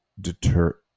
deter